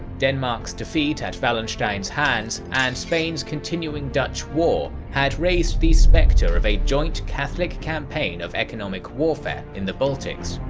denmark's defeat at wallenstein's hands, and spain's continuing dutch war, had raised the specter of a joint catholic campaign of economic warfare in the baltics.